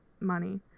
money